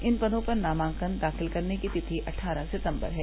इन पदों पर नामांकन दाखिल करने की तिथि अट्ठारह सितम्बर है